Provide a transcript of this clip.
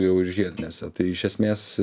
jau ir žiedinėse tai iš esmės